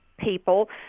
people